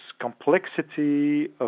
complexity